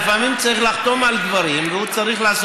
למה אנחנו מצביעים עכשיו?